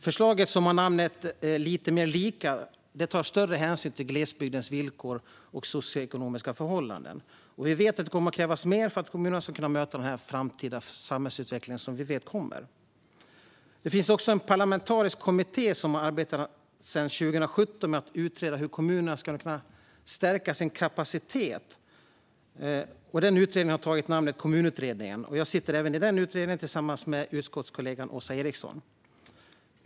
Förslaget, som har namnet Lite mer lika , tar större hänsyn till glesbygdens villkor och socioekonomiska förhållanden. Vi vet att det kommer att krävas mer för att kommunerna ska kunna möta den framtida samhällsutveckling som vi vet kommer. Det finns också en parlamentarisk kommitté som har arbetat sedan 2017 med att utreda hur kommunerna ska kunna stärka sin kapacitet. Denna utredning har tagit namnet Kommunutredningen. Jag sitter även i denna utredning, tillsammans med utskottskollegan Åsa Eriksson.